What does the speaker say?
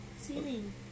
ceiling